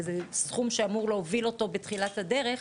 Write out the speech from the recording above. כי זה סכום שאמור להוביל אותו בתחילת הדרך,